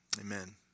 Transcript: amen